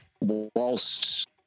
whilst